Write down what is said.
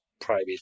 Private